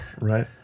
Right